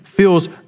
Feels